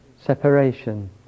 separation